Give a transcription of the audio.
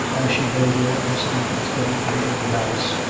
as she lay there, listening to the steady breathing of alice,